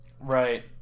Right